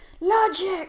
Logic